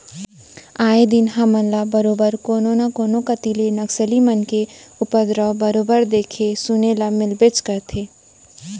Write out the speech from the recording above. आए दिन हमन ल बरोबर कोनो न कोनो कोती ले नक्सली मन के उपदरव बरोबर देखे सुने ल मिलबेच करथे